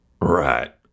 Right